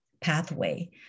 pathway